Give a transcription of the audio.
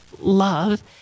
love